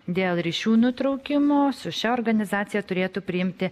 dėl ryšių nutraukimo su šia organizacija turėtų priimti